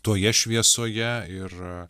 toje šviesoje ir